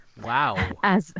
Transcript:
Wow